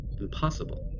Impossible